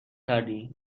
کردی